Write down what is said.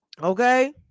okay